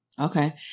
Okay